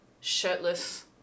shirtless